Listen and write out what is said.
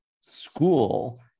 school